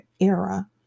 era